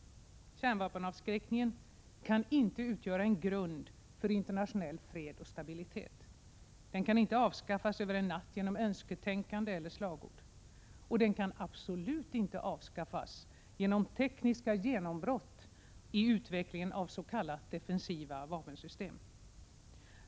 Kärnvapenavskräckningen kan inte utgöra en grund för internationell fred och stabilitet. Den kan inte avskaffas över en natt genom önsketänkande eller slagord. Den kan absolut inte avskaffas genom tekniska genombrott i utvecklingen av s.k. defensiva vapensystem.